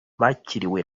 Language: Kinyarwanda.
bakiriwe